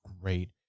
great